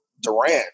Durant